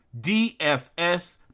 DFS